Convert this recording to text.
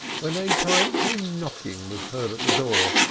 when a peremptory knocking was heard at the door,